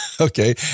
Okay